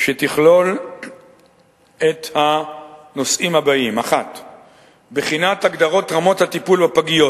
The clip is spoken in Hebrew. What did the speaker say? שתכלול את הנושאים האלה: 1. בחינת ההגדרות של רמות הטיפול בפגיות,